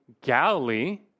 Galilee